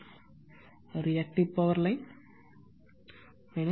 மற்றும் reactive power line 278